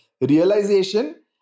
realization